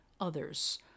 others